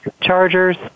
Chargers